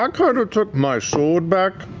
i kind of took my sword back,